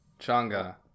Changa